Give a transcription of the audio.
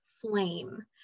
flame